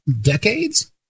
decades